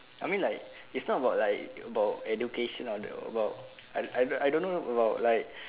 I mean like it's not about like about education or about I I I don't know about like